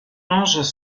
blanches